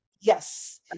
yes